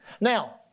Now